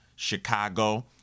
Chicago